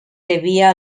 devia